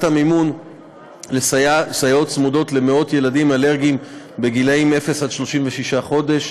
המימון לסייעות צמודות למאות ילדים אלרגיים בגילי 0 36 חודש,